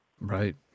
Right